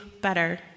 better